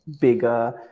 bigger